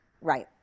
Right